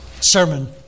sermon